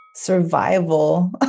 survival